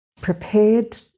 prepared